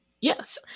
Yes